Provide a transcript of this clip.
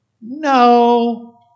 No